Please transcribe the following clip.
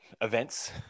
events